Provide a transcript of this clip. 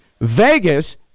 Vegas